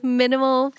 minimal